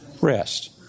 rest